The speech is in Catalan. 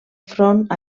front